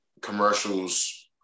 commercials